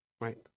right